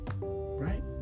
right